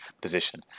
position